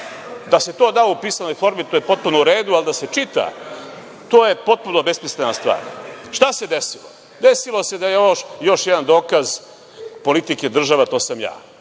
Da se to da u pisanoj formi to je potpuno u redu, ali da se čita, to je potpuno besmislena stvar. Šta se desilo? Desilo se da je ovo još jedan dokaz politike – država, to sam ja.